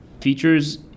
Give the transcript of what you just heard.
features